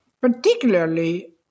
particularly